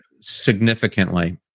significantly